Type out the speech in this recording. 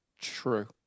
true